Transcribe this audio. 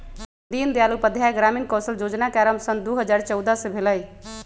दीनदयाल उपाध्याय ग्रामीण कौशल जोजना के आरम्भ सन दू हज़ार चउदअ से भेलइ